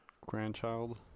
grandchild